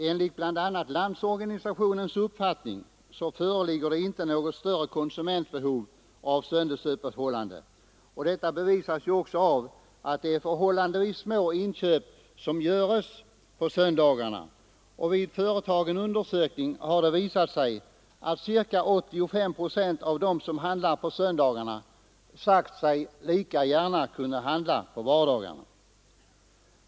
Enligt bl.a. Landsorganisationens uppfattning föreligger det inte något större konsumentbehov av söndagsöppethållande, och detta bevisas också av att det är förhållandevis små inköp som görs på söndagarna. Vid företagen undersökning har det visat sig att ca 85 procent av dem som handlar på söndagarna sagt sig lika gärna kunna handla på vardagarna.